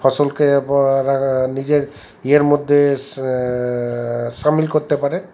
ফসলকে নিজের ইয়ের মধ্যে সামিল করতে পারে